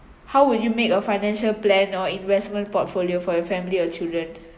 how will you make a financial plan or investment portfolio for your family or children